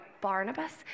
Barnabas